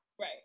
Right